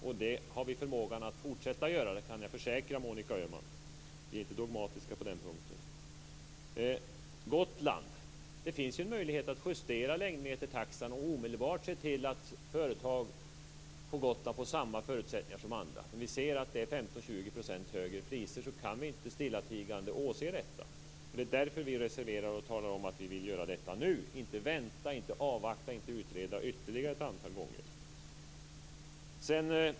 Och det har vi förmåga att fortsätta att göra, det kan jag försäkra Monica Öhman. Vi är inte dogmatiska på den punkten. När det gäller Gotland finns det möjlighet att justera Gotlandstillägget och omedelbart se till att företag på Gotland får samma förutsättningar som andra företag. När vi ser att priserna är 15-20 % högre kan vi inte stillatigande åse detta. Det är därför som vi reserverar oss för ett återställande nu. Vi vill inte vänta, inte avvakta och inte utreda ett ytterligare antal gånger.